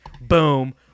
Boom